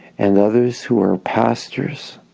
and others who are pastors,